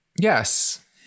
Yes